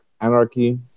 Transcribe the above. Anarchy